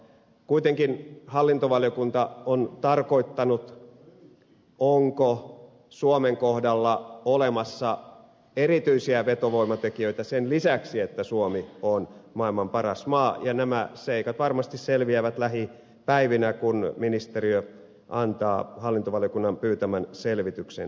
kuitenkin hallintovaliokunta on pyytämässään selvityksessä tarkoittanut sitä onko suomen kohdalla olemassa erityisiä vetovoimatekijöitä sen lisäksi että suomi on maailman paras maa ja nämä seikat varmasti selviävät lähipäivinä kun ministeriö antaa hallintovaliokunnan pyytämän selvityksen sille